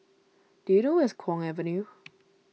do you know where is Kwong Avenue